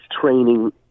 training